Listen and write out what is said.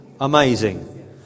amazing